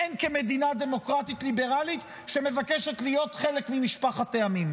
והן כמדינה דמוקרטית ליברלית שמבקשת להיות חלק ממשפחת העמים.